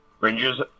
Rangers